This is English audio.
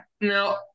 now